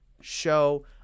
show